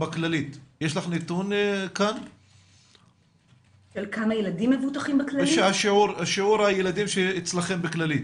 יש לך נתון כאן על שיעור הילדים שאצלכם בכללית?